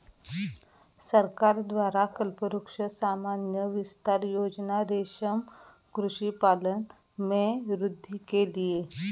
सरकार द्वारा कल्पवृक्ष सामान्य विस्तार योजना रेशम कृषि पालन में वृद्धि के लिए